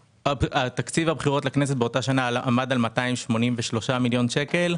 תקציב הבחירות לכנסת באותה שנה עמד על 283 מיליון שקל,